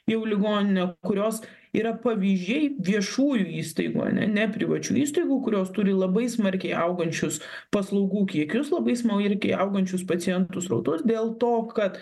jau ligoninę kurios yra pavyzdžiai viešųjų įstaigų ane ne privačių įstaigų kurios turi labai smarkiai augančius paslaugų kiekius labai smarkiai augančius pacientų srautus dėl to kad